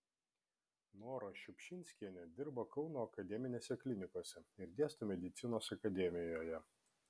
nora šiupšinskienė dirba kauno akademinėse klinikose ir dėsto medicinos akademijoje